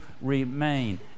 remain